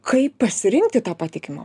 kaip pasirinkti tą patikimą